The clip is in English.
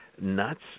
nuts